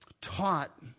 Taught